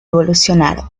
evolucionar